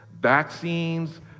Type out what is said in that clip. vaccines